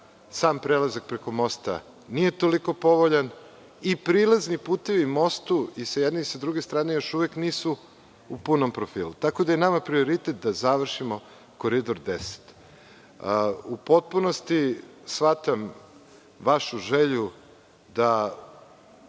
sam prelazak preko mosta nije toliko povoljan i prilazni putevi mostu i sa jedne i sa druge strane još uvek nisu u punom profilu, tako da je nama prioritet da završimo Koridor 10.U potpunosti shvatam vašu želju da